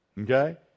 Okay